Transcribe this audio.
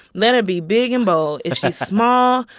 let her be big and bold. if she's small,